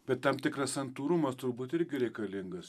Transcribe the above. bet tam tikras santūrumas turbūt irgi reikalingas